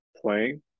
playing